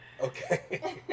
Okay